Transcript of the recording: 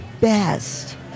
best